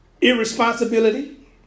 irresponsibility